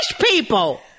people